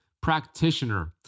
practitioner